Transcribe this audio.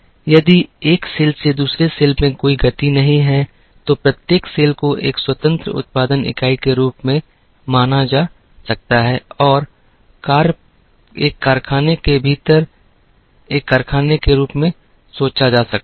यदि एक सेल से दूसरे सेल में कोई गति नहीं है तो प्रत्येक सेल को एक स्वतंत्र उत्पादन इकाई के रूप में माना जा सकता है और एक कारखाने के भीतर एक कारखाने के रूप में सोचा जा सकता है